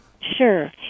Sure